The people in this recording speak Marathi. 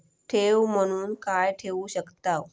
ठेव म्हणून काय ठेवू शकताव?